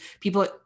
people